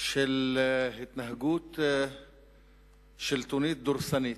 של התנהגות שלטונית דורסנית,